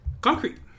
Concrete